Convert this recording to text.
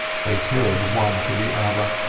they turned one to the other,